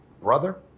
Brother